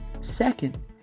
Second